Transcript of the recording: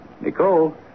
Nicole